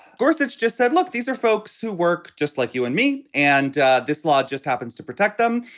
gorsuch just said, look, these are folks who work just like you and me, and this law just happens to protect them.